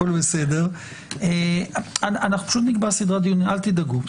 אנחנו נקבע סדרת דיונים, אל תדאגו.